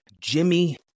Jimmy